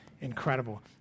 incredible